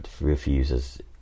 refuses